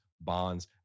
bonds